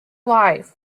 life